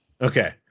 Okay